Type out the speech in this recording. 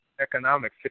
economic